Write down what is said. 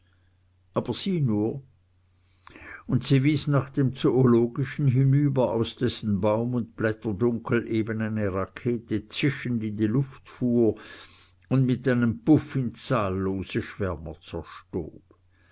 aber sieh nur und sie wies nach dem zoologischen hinüber aus dessen baum und blätterdunkel eben eine rakete zischend in die luft fuhr und mit einem puff in zahllose schwärmer zerstob